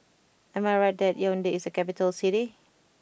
am I right that Yaounde is a capital city